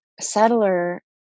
settler